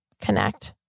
connect